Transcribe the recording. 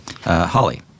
Holly